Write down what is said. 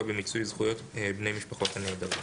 במיצוי זכויות בני משפחות הנעדרים.